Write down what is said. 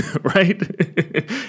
right